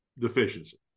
deficiency